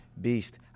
Beast